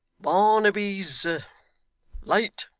barnaby's late